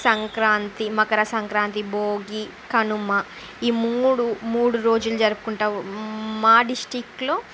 సంక్రాంతి మకర సంక్రాంతి భోగి కనుమ ఈ మూడు మూడు రోజులు జరుపుకుంటాము మా డిస్టిక్లో ఇది